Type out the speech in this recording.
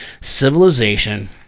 civilization